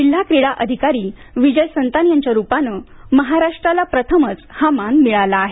जिल्हा क्रीडा अधिकारी विजय संतान यांच्या रूपानं महाराष्ट्राला प्रथमच हा मान मिळाला आहे